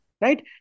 right